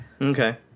Okay